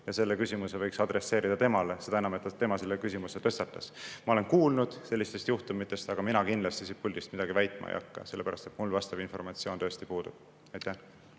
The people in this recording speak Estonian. ja selle küsimuse võiks adresseerida temale, seda enam, et tema selle küsimuse tõstatas. Ma olen kuulnud sellistest juhtumitest, aga mina kindlasti siit puldist midagi väitma ei hakka, sellepärast et mul vastav informatsioon tõesti puudub. Suur